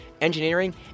engineering